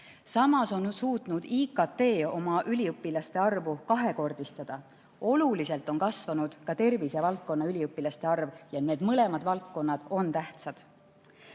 Samas on suutnud IKT oma üliõpilaste arvu kahekordistada. Oluliselt on kasvanud ka tervisevaldkonna üliõpilaste arv ja need mõlemad valdkonnad on tähtsad.